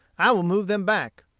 i will move them back.